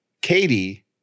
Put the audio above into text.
Katie